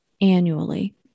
annually